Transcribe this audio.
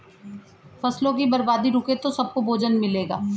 फसलों की बर्बादी रुके तो सबको भोजन मिलेगा